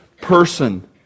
person